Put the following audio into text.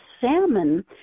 salmon